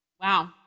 Wow